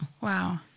Wow